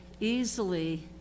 easily